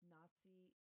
Nazi